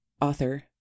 Author